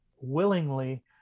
willingly